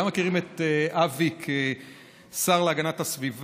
יברך את חבר הכנסת גבאי חבר הכנסת הוותיק